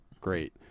great